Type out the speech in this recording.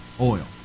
oil